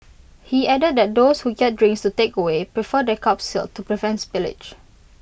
he added that those who get drinks to takeaway prefer their cups sealed to prevent spillage